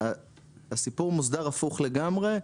הסיפור מוסדר הפוך לגמרי.